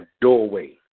doorway